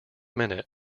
minute